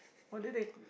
what did they